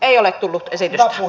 ei ole tullut esitystä